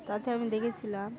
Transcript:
তাতে আমি দেখেছিলাম